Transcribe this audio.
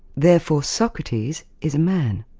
therefore socrates is a man.